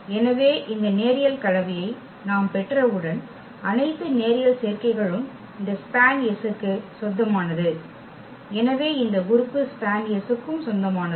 எனவே இந்த நேரியல் கலவையை நாம் பெற்றவுடன் அனைத்து நேரியல் சேர்க்கைகளும் இந்த SPAN க்கு சொந்தமானது எனவே இந்த உறுப்பு SPAN க்கும் சொந்தமானது